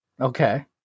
Okay